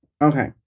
Okay